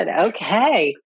Okay